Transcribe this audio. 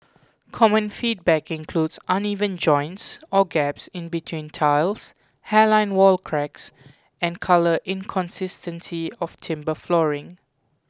common feedback includes uneven joints or gaps in between tiles hairline wall cracks and colour inconsistency of timber flooring